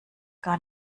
gar